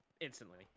instantly